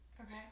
okay